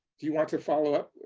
do you want to follow up?